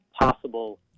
possible